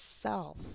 self